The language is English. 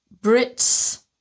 Brits